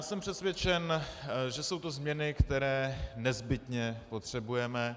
Jsem přesvědčen, že jsou to změny, které nezbytně potřebujeme.